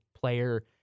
player